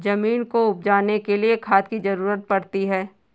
ज़मीन को उपजाने के लिए खाद की ज़रूरत पड़ती है